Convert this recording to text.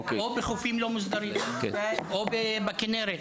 או בחופים לא מוסדרים או בכינרת.